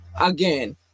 Again